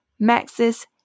Maxis